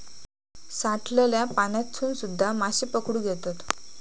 साठलल्या पाण्यातसून सुध्दा माशे पकडुक येतत